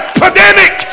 pandemic